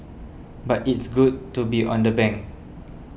but it's good to be on the bank